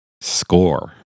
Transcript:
score